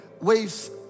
waves